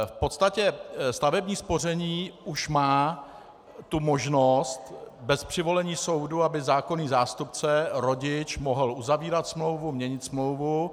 V podstatě stavební spoření už má možnost bez přivolení soudu, aby zákonný zástupce, rodič, mohl uzavírat smlouvu, měnit smlouvu.